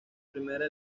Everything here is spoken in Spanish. primera